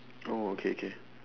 oh K K